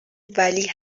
ولی